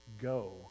Go